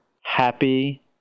happy